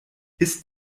ist